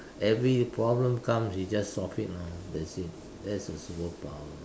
every problem comes we just solve it lor that's it that's a superpower